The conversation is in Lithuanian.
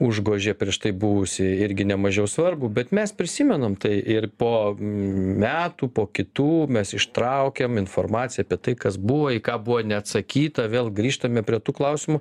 užgožė prieš tai buvusį irgi nemažiau svarbų bet mes prisimenam tai ir po metų po kitų mes ištraukėm informaciją apie tai kas buvo į ką buvo neatsakyta vėl grįžtame prie tų klausimų